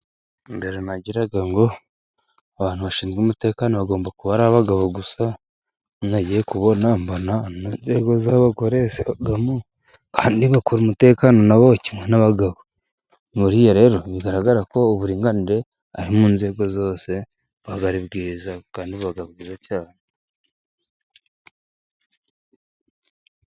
Mbere nagira ngo abantu bashinzwe umutekano bagomba kuba ari abagabo gusa, nagiye kubona mbona n'inzego z'abagore zibamo kandi bakora umutekano nabo kimwe n'abagabo. Buriya rero bigaragara ko uburinganire ari mu nzego zose buba ari bwiza kandi buba bwiza cyane.